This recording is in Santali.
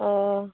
ᱚᱻ